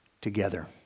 together